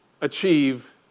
achieve